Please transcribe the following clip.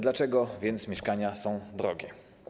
Dlaczego więc mieszkania są drogie?